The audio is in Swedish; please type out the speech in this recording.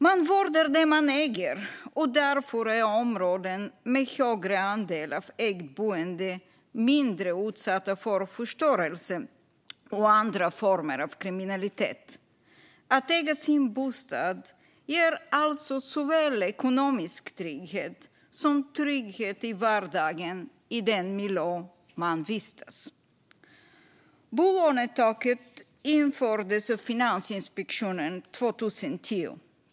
Man vårdar det man äger, och därför är områden med högre andel av ägt boende mindre utsatta för förstörelse och andra former av kriminalitet. Att äga sin bostad ger alltså såväl ekonomisk trygghet som trygghet i vardagen i den miljö man vistas i. Bolånetaket infördes av Finansinspektionen 2010.